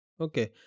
Okay